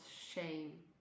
shame